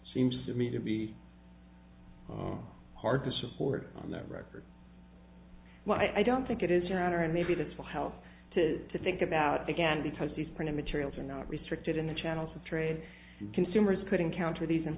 seems to me to be hard to support on that record i don't think it is your honor and maybe this will help to to think about again because these printed materials are not restricted in the channels of trade and consumers could encounter these and